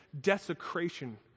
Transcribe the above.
desecration